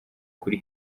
kuri